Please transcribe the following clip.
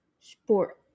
sport